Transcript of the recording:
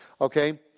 Okay